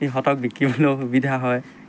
সিহঁতক বিকিবলৈও সুবিধা হয়